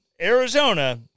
Arizona